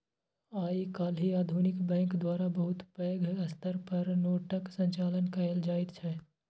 आइ काल्हि आधुनिक बैंक द्वारा बहुत पैघ स्तर पर नोटक संचालन कएल जाइत छै